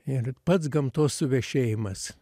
ir pats gamtos suvešėjimas